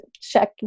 check